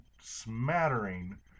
smattering